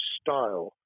style